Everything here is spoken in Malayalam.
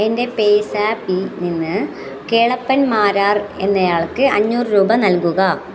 എൻ്റെ പേയ്സാപ്പിൽ നിന്ന് കേളപ്പൻ മാരാർ എന്ന ആൾക്ക് അഞ്ഞൂറ് രൂപ നൽകുക